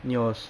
你有吃